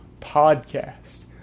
podcast